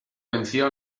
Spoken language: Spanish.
venció